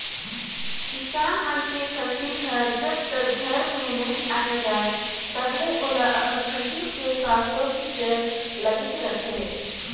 किसान मन के फसिल हर जब तक घर में नइ आये जाए तलबे ओला अपन फसिल के संसो फिकर लागेच रहथे